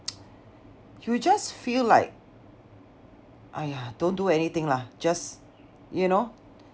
you just feel like !aiya! don't do anything lah just you know